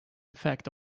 effect